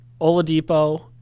Oladipo